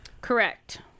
Correct